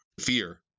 fear